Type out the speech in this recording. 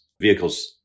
vehicles